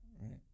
right